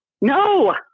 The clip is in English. No